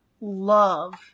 love